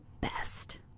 best